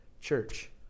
Church